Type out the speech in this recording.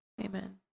Amen